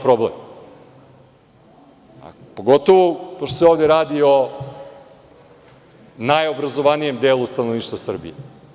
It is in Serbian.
Pogotovo zato što se ovde radi o najobrazovanijem delu stanovništva Srbije.